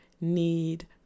need